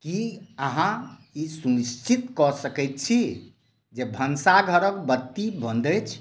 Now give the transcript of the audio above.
की अहांँ ई सुनिश्चित कऽ सकैत छी जे भनसाघरक बत्ती बन्द अछि